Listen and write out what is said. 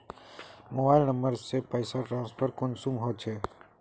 Mobile number से पैसा transfer कुंसम होचे?